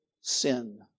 sin